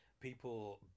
People